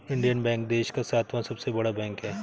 Indian bank देश का सातवां सबसे बड़ा बैंक है